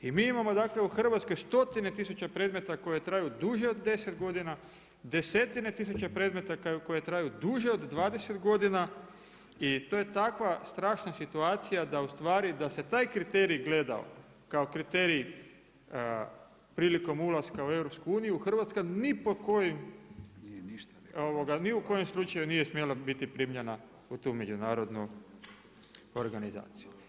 I mi imamo dakle u Hrvatskoj stotine tisuća predmeta koji traju duže od 10 godina, desetine tisuća predmeta koji traju duže od 20 godina i to je takva strašna situacija da ustvari da se taj kriterij gledao kao kriterij prilikom ulaska u EU Hrvatska ni u kojem slučaju nije smjela biti primljena u tu međunarodnu organizaciju.